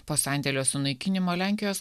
po sandėlio sunaikinimo lenkijos